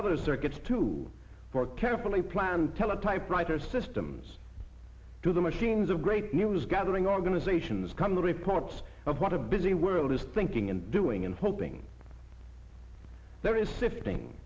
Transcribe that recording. other circuits to more carefully planned tell a typewriter systems to the machines of great news gathering organizations come the reports of what a busy world is thinking and doing and hoping there is sifting